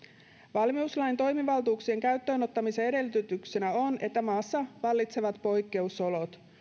valmiuslain toimivaltuuksien käyttöönottamisen edellytyksenä on että maassa vallitsevat poikkeusolot